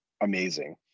amazing